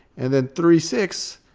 and then three six,